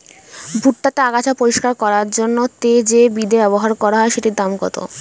ভুট্টা তে আগাছা পরিষ্কার করার জন্য তে যে বিদে ব্যবহার করা হয় সেটির দাম কত?